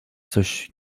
coś